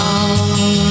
on